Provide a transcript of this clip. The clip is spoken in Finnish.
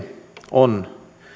on